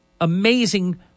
amazing